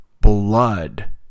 blood